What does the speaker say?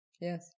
Yes